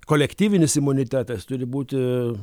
kolektyvinis imunitetas turi būti